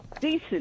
Decent